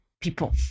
people